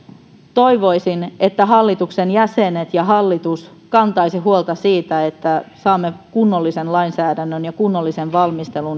toivoisin että hallituksen jäsenet ja hallitus kantaisivat huolta siitä että saisimme vietyä läpi kunnollisen lainsäädännön ja kunnollisen valmistelun